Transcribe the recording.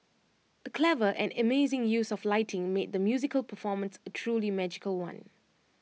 the clever and amazing use of lighting made the musical performance A truly magical one